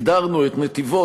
הגדרנו את נתיבות,